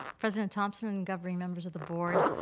president thomson and governing members of the board,